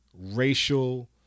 Racial